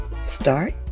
start